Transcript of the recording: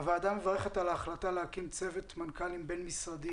הוועדה מברכת על ההחלטה להקים צוות מנכ"לים בין-משרדי